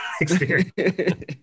experience